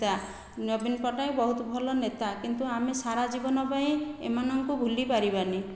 ନେତା ନବୀନ ପଟ୍ଟନାୟକ ବହୁତ ଭଲ ନେତା କିନ୍ତୁ ଆମେ ସାରା ଜୀବନ ପାଇଁ ଏମାନଙ୍କୁ ଭୁଲି ପାରିବାନି